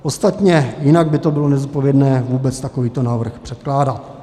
Ostatně jinak by bylo nezodpovědné vůbec takovýto návrh předkládat.